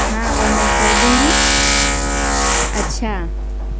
ہاں وہ میں کر دوں گی اچھا